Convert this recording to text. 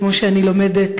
כמו שאני לומדת,